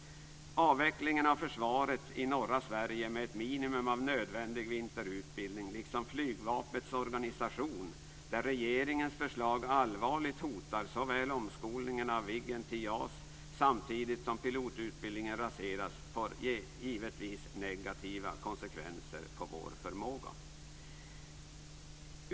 Avvecklingen av försvaret i norra Sverige med ett minimum av nödvändig vinterutbildning liksom flygvapnets organisation, där regeringens förslag allvarligt hotar såväl omskolningen från Viggen till JAS samtidigt som pilotutbildningen raseras, får givetvis negativa konsekvenser på vår förmåga.